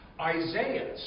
Isaiah